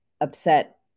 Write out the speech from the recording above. upset